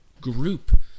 group